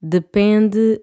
Depende